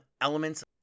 elements